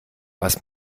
was